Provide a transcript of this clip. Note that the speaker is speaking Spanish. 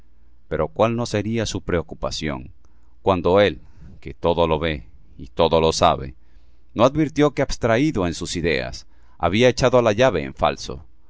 pero cuál no seria su preocupación cuando él que todo lo ve y todo lo sabe no advirtió que abstraído en sus ideas había echado la llave en falso